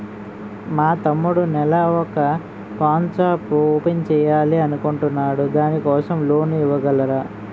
మా తమ్ముడు నెల వొక పాన్ షాప్ ఓపెన్ చేయాలి అనుకుంటునాడు దాని కోసం లోన్ ఇవగలరా?